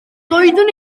doeddwn